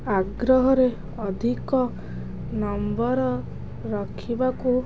ଆଗ୍ରହରେ ଅଧିକ ନମ୍ବର ରଖିବାକୁ